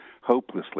hopelessly